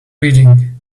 reading